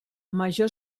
major